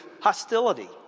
hostility